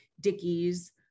dickies